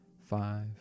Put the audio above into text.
five